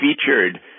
featured